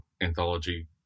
anthology